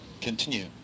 continue